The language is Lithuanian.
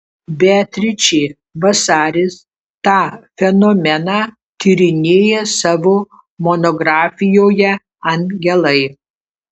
beatričė vasaris tą fenomeną tyrinėja savo monografijoje angelai